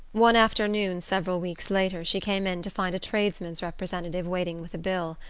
one afternoon, several weeks later, she came in to find a tradesman's representative waiting with a bill.